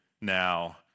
Now